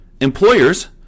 Employers